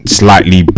slightly